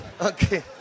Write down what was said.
okay